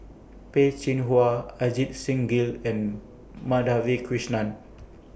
Peh Chin Hua Ajit Singh Gill and Madhavi Krishnan